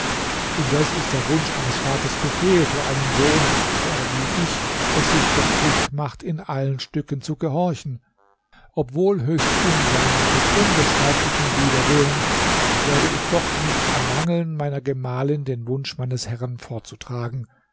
indes ist der wunsch eines vaters befehl für einen sohn der wie ich es sich zur pflicht macht in allen stücken zu gehorchen obwohl höchst ungern und mit unbeschreiblichem widerwillen werde ich doch nicht ermangeln meiner gemahlin den wunsch meines herrn vorzutragen